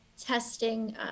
testing